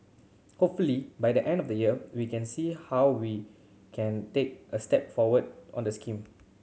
hopefully by the end of the year we can see how we can take a step forward on the scheme